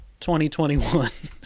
2021